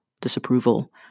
disapproval